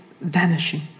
vanishing